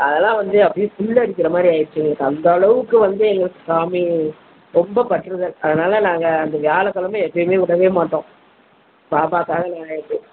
அதெல்லாம் வந்து அப்படியே ஃபுல்லாரிக்கிற மாதிரி ஆகிடுச்சி அந்த அளவுக்கு வந்து எங்களுக்கு சாமி ரொம்ப பற்றுதல் அதனால் நாங்கள் அந்த வியாழக் கிழம எப்போயுமே விடவே மாட்டோம் பாபாக்காக நான் ஆயிச்சும்